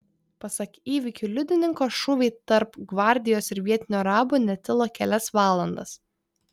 pasak įvykių liudininko šūviai tarp gvardijos ir vietinių arabų netilo kelias valandas